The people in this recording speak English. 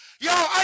yo